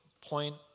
point